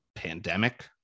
pandemic